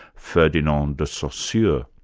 ferdinand de saussure.